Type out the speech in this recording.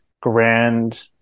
grand